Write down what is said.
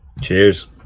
Cheers